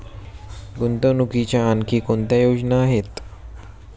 गुंतवणुकीच्या आणखी कोणत्या योजना आहेत?